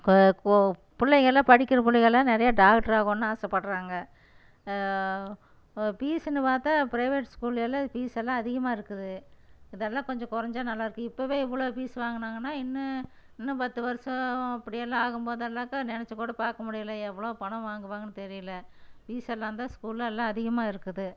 பிள்ளைங்கள்லாம் படிக்கிற பிள்ளைங்கள்லாம் நிறைய டாக்டர் ஆகணுன்னு ஆசைப்பட்றாங்க ஃபீஸுன்னு பார்த்தா பிரைவேட் ஸ்கூல் எல்லாம் ஃபீஸ் எல்லாம் அதிகமாக இருக்குது அதெல்லாம் கொஞ்சம் கொறைஞ்சா நல்லாயிருக்கும் இப்போவே இவ்வளோ ஃபீஸ் வாங்கினாங்கன்னா இன்னும் இன்னும் பத்து வருடம் அப்படி எல்லாம் ஆகும் போதெல்லாக்க நினைச்சி கூட பார்க்க முடியலை எவ்வளோ பணம் வாங்குவாங்கன்னு தெரியல ஃபீஸ் எல்லாம்ந்தான் ஸ்கூல்லல்லாம் அதிகமாக இருக்குது